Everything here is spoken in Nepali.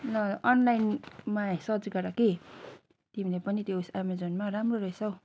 ल अनलाइनमा सर्च गर कि तिमीले पनि त्यो उयेस एमाजोनमा राम्रो रहेछ हौ